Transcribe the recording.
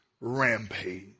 rampage